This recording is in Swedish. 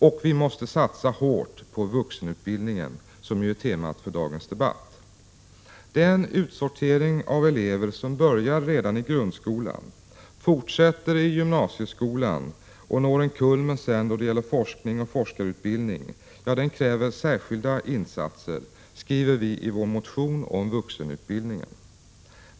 Och vi måste satsa hårt på vuxenutbildningen, som är temat för dagens debatt. Den utsortering av elever som börjar redan i grundskolan, som fortsätter i gymnasieskolan och som når en kulmen då det gäller forskning och forskarutbildning kräver särskilda insatser, skriver vi i vår motion om vuxenutbildningen.